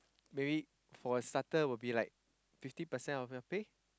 maybe for starter would like fifty percent of your pay